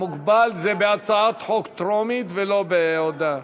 מוגבל זה בהצעת חוק טרומית, ולא בהודעה.